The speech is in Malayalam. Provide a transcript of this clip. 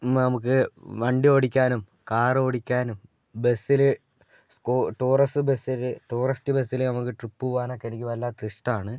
നമുക്ക് വണ്ടിയോടിക്കാനും കാറോടിക്കാനും ബസ്സില് ടൂറിസ്റ്റ് ബസ്സിൽ ടൂറിസ്റ്റ് ബസ്സിൽ നമുക്ക് പോകാനൊക്കെ എനിക്ക് വല്ലാത്ത ഇഷ്ടാണ്